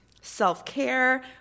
self-care